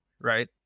right